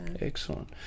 Excellent